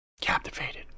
Captivated